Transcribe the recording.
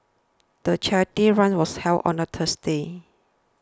the charity run was held on a Tuesday